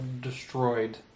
destroyed